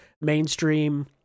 mainstream